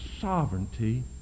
sovereignty